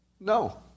No